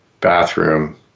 bathroom